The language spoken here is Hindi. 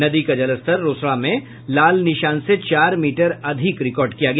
नदी का जलस्तर रोसड़ा में लाल निशान से चार मीटर अधिक रिकॉर्ड किया गया